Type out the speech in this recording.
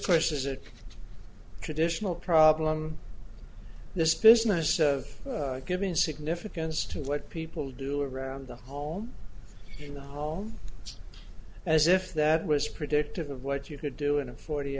question is it traditional problem in this business of giving significance to what people do around the home in the home as if that was predictive of what you could do in a forty